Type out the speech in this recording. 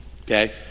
Okay